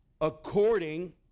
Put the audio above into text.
According